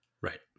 Right